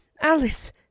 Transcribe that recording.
alice